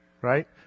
Right